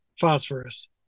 phosphorus